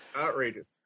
outrageous